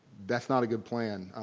that's not a good plan.